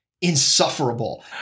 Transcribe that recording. insufferable